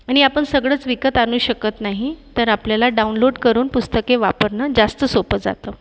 आणि आपण सगळंच विकत आणू शकत नाही तर आपल्याला डाऊनलोड करून पुस्तके वापरणं जास्त सोपं जातं